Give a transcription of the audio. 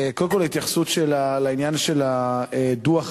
קודם כול, התייחסות לעניין של הדוח עצמו.